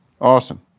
Awesome